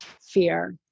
fear